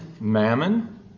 Mammon